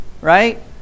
right